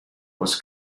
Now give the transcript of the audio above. was